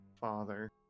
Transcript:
father